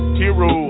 hero